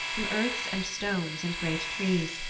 from earths and stones and great trees,